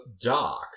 dark